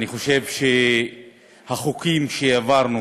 אני חושב שהחוקים שהעברנו